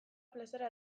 plaza